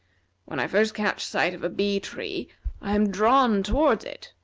when i first catch sight of a bee-tree i am drawn towards it,